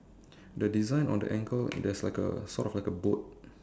the design on the ankle there's like a socks like a boat